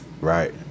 right